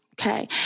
Okay